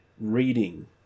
reading